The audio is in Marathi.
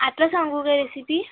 आता सांगू का रेसिपी